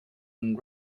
and